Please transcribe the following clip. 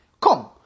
Come